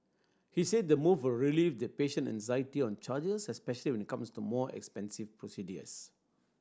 he said the move will relieved patient anxiety on charges especially when it comes to more expensive procedures